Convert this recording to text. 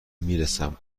میرسم